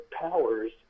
powers